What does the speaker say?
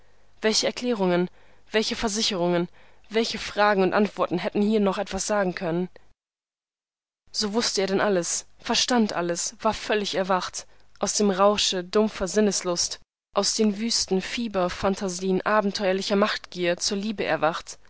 welche erklärungen welche versicherungen welche fragen und antworten hätten hier noch etwas sagen können so wußte er denn alles verstand alles war völlig erwacht aus dem rausche dumpfer sinneslust aus den wüsten fieberphantasien abenteuerlicher machtgier zur liebe erwacht